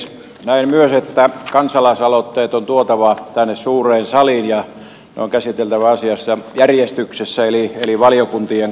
näen myös että kansalaisaloitteet on tuotava tänne suureen saliin ja ne on käsiteltävä asiallisessa järjestyksessä eli valiokuntien kautta